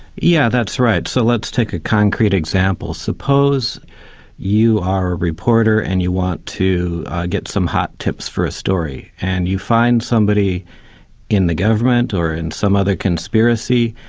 yeah that's right. so let's take a concrete example. suppose you are a reporter and you want to get some hit tips for a story, and you find somebody in the government, or in some other conspiracy,